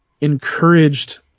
encouraged